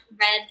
red